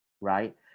right